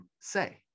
say